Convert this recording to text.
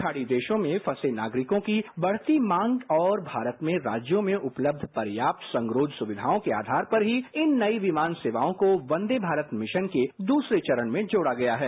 खाड़ी देशों में फंसे नागरिकों की बढ़ती मांग और भारतमें राज्यों में उपलब्य पर्याप्त संगरोध सुविधाओं के आधार पर ही इन नई विमान सेवाओंको वंदे भारत मिशन के दूसरे चरण में जोड़ा गया है